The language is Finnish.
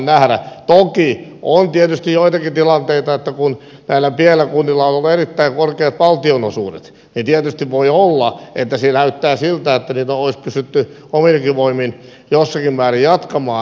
toki voi olla tietysti joitakin tilanteita kun näillä pienillä kunnilla on ollut erittäin korkeat valtionosuudet että näyttää siltä että niitä olisi pystytty ominkin voimin jossakin määrin jatkamaan